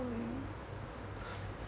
那里